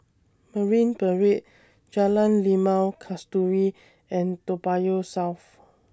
Marine Parade Jalan Limau Kasturi and Toa Payoh South